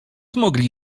mogli